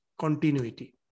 continuity